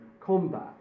combat